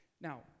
Now